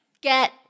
get